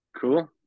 Cool